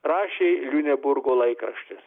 rašė liuneburgo laikraštis